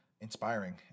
inspiring